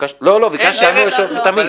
לא, ביקשתי עכשיו את עמית.